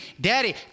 Daddy